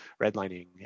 redlining